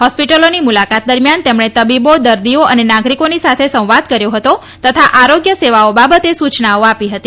હોસ્પીટલની મુલાકાત દરમિયાન તેમણે તબીબો દર્દીઓ અને નાગરીકોની સાથે સંવાદ કર્યો હતો તથા આરોગ્ય સેવાઓ બાબતે સુચનાઓ આપી હતી